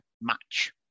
match